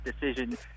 decision